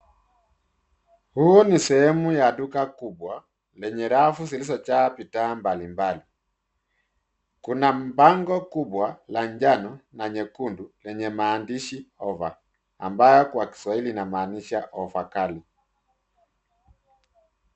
Huu ni sehemu ya duka kubwa, lenye rafu zilizojaa bidhaa mbalimbali. Kuna bango kubwa la njano na nyekundu lenye maandishi offer ambayo kwa kiswahili inamaanisha ofa kali.